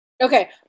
Okay